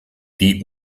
die